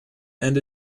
and